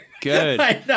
Good